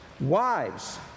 Wives